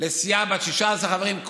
לסיעה בת 16 חברים,